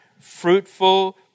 fruitful